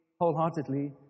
wholeheartedly